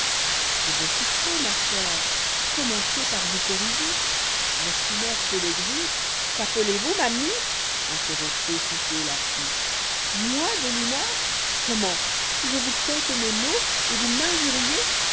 cela rrc'estbeaucoup trop machère commencez par vous corriger v votre humeur peut l'aigrir qu'appelez-vous ma mie interrompt aussitôt la pie moi de l'humeur comment je vous conte mes maux el vous m'injuriez